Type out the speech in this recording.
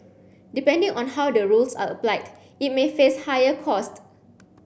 depending on how the rules are applied it may face higher cost